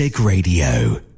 Radio